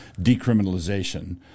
decriminalization